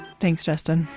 thanks justin.